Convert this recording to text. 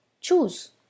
choose